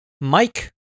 Mike